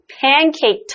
pancake